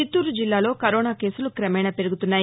చిత్తూరు జిల్లాలో కరోనా కేసులు పెరుగుతున్నాయి